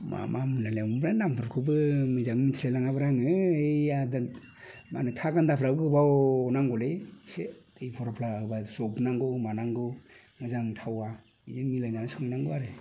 मा मा मोनलाय नामफोरखौबो मोजाङै मिथिलाय लाङाब्रा आङो ओइ मा होनो थागान्दाखौ गोबाव नांगौलै एसे दैफोर होब्ला जबनांगौ मानांगौ मोजां थावा बेजों मिलायनानै संनांगौ जायो आरो